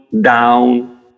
down